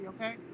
okay